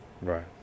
Right